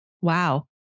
Wow